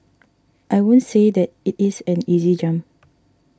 I won't say that it is an easy jump